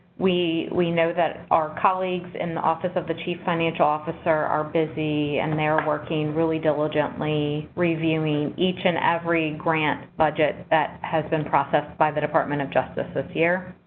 we we know that our colleagues in the office of the chief financial officer are busy, and they're working really diligently reviewing each and every grant budget that has been processed by the department of justice this year,